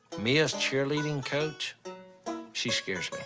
mia's cheerleading coach she scares me.